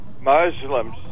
Muslims